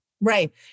Right